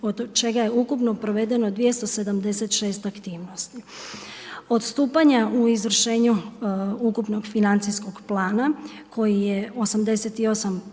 od čega je ukupno provedeno 276 aktivnosti. Odstupanje u izvršenju ukupnog financijskog plana koji je 88